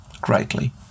greatly